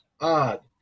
odd